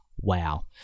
Wow